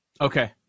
Okay